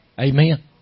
Amen